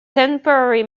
temporary